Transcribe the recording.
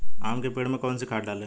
आम के पेड़ में कौन सी खाद डालें?